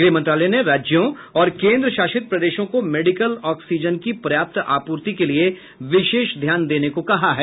गृह मंत्रालय ने राज्यों और केन्द्रशासित प्रदेशों को मेडिकल ऑक्सीजन की पर्याप्त आपूर्ति के लिए विशेष ध्यान देने को कहा है